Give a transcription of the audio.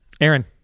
Aaron